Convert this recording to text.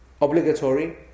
obligatory